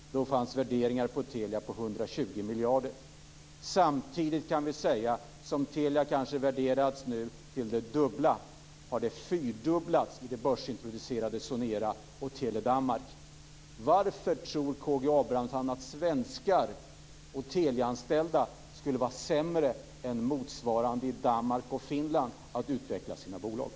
Då fanns värderingar av Telia på 120 miljarder. Samtidigt som Telia nu värderas till ungefär det dubbla har värdet av de börsintroducerade Sonera och Teledanmark fyrdubblats. Varför tror K G Abramsson att svenska Teliaanställda skulle vara sämre på att utveckla sitt bolag än man har varit i Danmark och Finland?